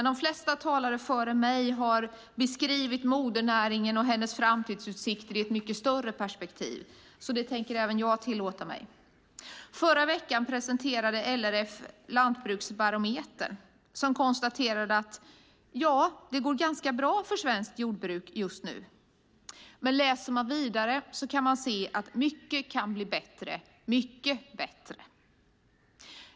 De flesta talare före mig har beskrivit modernäringen och dess framtidsutsikter i ett mycket större perspektiv, och även jag tänker tillåta mig att göra det. Förra veckan presenterades LRF-barometern som konstaterar att det går ganska bra för svenskt jordbruk just nu, men läser man vidare kan man se att mycket kan bli bättre, mycket bättre.